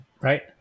right